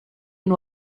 and